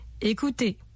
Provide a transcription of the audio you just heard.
Écoutez